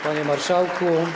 Panie Marszałku!